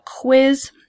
quiz